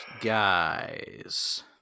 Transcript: guys